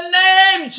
name